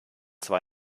zwar